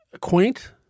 Quaint